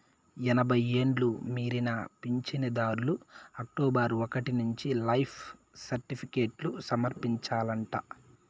ఎనభై ఎండ్లు మీరిన పించనుదార్లు అక్టోబరు ఒకటి నుంచి లైఫ్ సర్టిఫికేట్లు సమర్పించాలంట